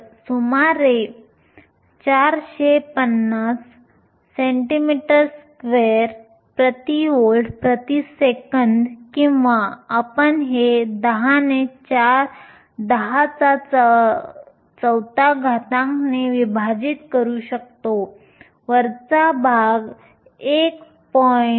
तर सुमारे 450cm2V 1s 1 किंवा आपण हे 104 ने विभाजित करू शकता वरचा भाग 1